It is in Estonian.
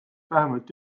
vähemalt